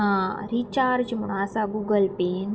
आ recharge म्हणून आसा Google pay